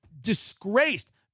disgraced